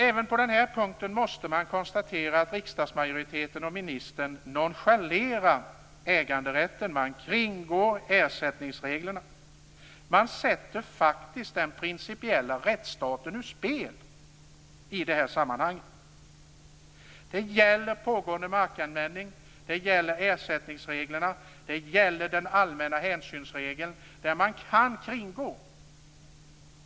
Även på denna punkt måste man konstatera att riksdagsmajoriteten och ministern nonchalerar äganderätten när man kringgår ersättningsreglerna. Man sätter faktiskt den principiella rättsstaten ur spel. Det gäller pågående markanvändning, ersättningsreglerna och den allmänna hänsynsregeln.